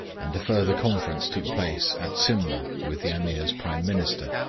and a further conference took place at simla with the ameer's prime minister,